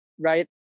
Right